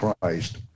Christ